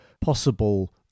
possible